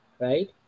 right